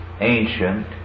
ancient